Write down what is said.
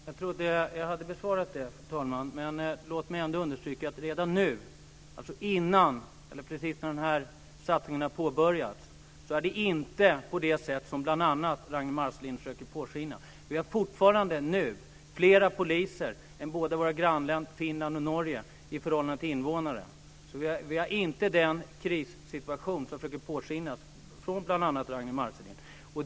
Fru talman! Jag trodde att jag hade svarat på det. Låt mig ändå understryka att redan nu, precis innan den satsning jag talade om har påbörjats, är det inte på det sätt som bl.a. Ragnwi Marcelind försöker påskina. Vi har redan fler poliser än båda våra grannländer Finland och Norge i förhållande till invånare. Vi har inte den krissituation som försöker påskinas av bl.a. Ragnwi Marcelind.